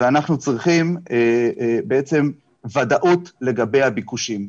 ואנחנו צריכים ודאות לגבי הביקושים.